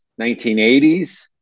1980s